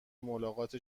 ملاقات